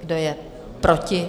Kdo je proti?